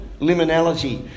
liminality